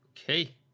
Okay